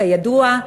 כידוע,